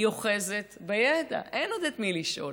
היא אוחזת בידע, אין עוד את מי לשאול,